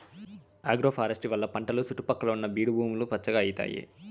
agroforestry వల్ల పంటల సుట్టు పక్కల ఉన్న బీడు భూములు పచ్చగా అయితాయి